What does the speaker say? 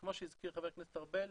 וכמו שהזכיר ח"כ ארבל,